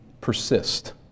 Persist